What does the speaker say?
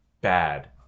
bad